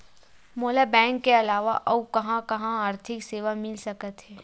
मोला बैंक के अलावा आऊ कहां कहा आर्थिक सेवा मिल सकथे?